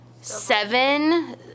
seven